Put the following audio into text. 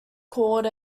called